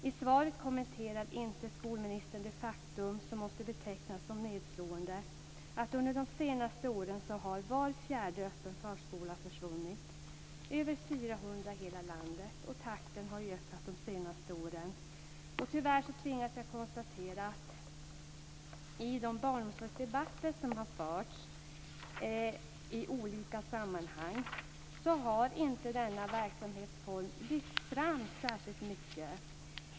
I svaret kommenterar inte skolministern det faktum som måste betecknas som nedslående att under de senaste åren har var fjärde öppen förskola försvunnit. Över 400 har försvunnit i hela landet, och takten har ökat de senaste åren. Tyvärr tvingas jag konstatera att i de barnomsorgsdebatter som har förts i olika sammanhang har inte denna verksamhetsform lyfts fram särskilt mycket.